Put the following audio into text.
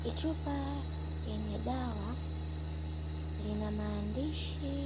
Kichupa yenye dawa lina maandishi